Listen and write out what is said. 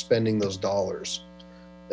spending those dollars